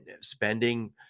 spending